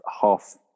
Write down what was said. half